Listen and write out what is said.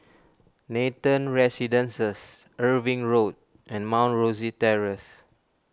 Nathan Residences Irving Road and Mount Rosie Terrace